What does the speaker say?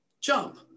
jump